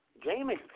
Jamie